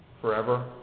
forever